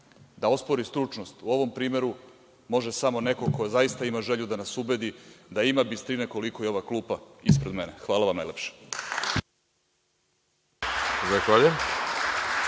ospori stručnost u ovom primeru može samo neko ko zaista ima želju da nas ubedi da ima bistrine koliko i ova klupa ispred mene. Hvala vam najlepše.